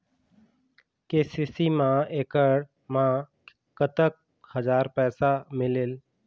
KCC मा एकड़ मा कतक हजार पैसा मिलेल?